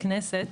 הכנסת,